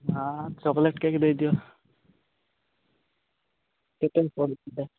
ହଁ chocolate cake ଦେଇଦିଅ କେତେ